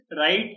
right